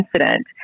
incident